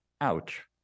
ouch